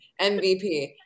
mvp